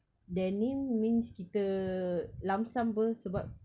denim means kita lump sum [pe] sebab